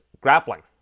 grappling